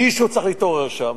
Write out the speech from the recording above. מישהו צריך להתעורר שם.